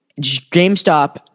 GameStop